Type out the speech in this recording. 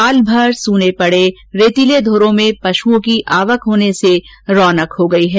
वर्षमर सूने पड़े रेतीले धोरों में पशुओं की आवक होने से रौनक हो गई है